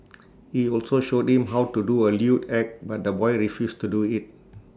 he also showed him how to do A lewd act but the boy refused to do IT